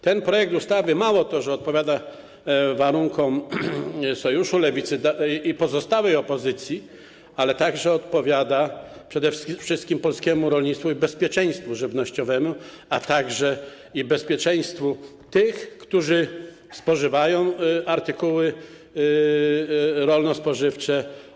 Ten projekt ustawy mało tego, że odpowiada warunkom Lewicy i pozostałej opozycji, ale także odpowiada przede wszystkim polskiemu rolnictwu i bezpieczeństwu żywnościowemu, a także bezpieczeństwu tych, którzy spożywają artykuły rolno-spożywcze.